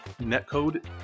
netcode